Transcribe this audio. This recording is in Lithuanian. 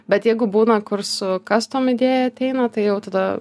bet jeigu būna kur su kas tom idėja ateina tai jau tada